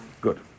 Good